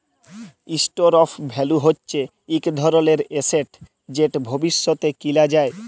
store of value হচ্যে ইক ধরলের এসেট যেট ভবিষ্যতে কিলা যায়